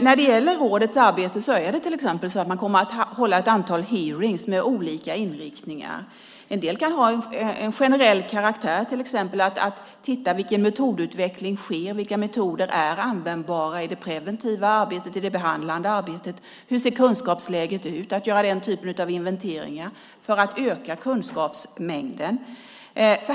När det gäller rådets arbete är det till exempel så att man kommer att hålla ett antal hearingar med olika inriktningar, en del av generell karaktär. Det kan till exempel vara fråga om att titta på den metodutveckling som sker, på vilka metoder som är användbara i det preventiva och i det behandlande arbetet och på hur det ser ut när det gäller kunskapsläget. Det handlar om att göra den typen av inventeringar för att öka kunskapsmängden.